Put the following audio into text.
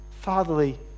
fatherly